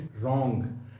wrong